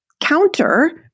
counter